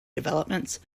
developments